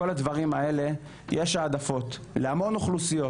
כל הדברים האלה יש העדפות להמון אוכלוסיות,